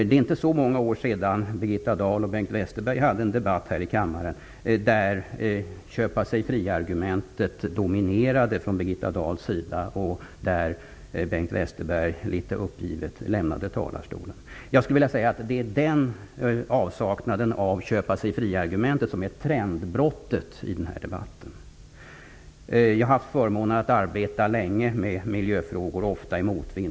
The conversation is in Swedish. Det är inte så många år sedan Birgitta Dahl och Bengt Westerberg här i kammaren förde en debatt där köpa-sig-fri-argumentet dominerade från Birgitta Dahls sida och Bengt Westerberg litet uppgivet lämnade talarstolen. Jag skulle vilja påstå att det är avsaknaden av köpa-sig-fri-argumentet som är trendbrottet i den här debatten. Jag har haft förmånen att arbeta länge med miljöfrågor, ofta i motvind.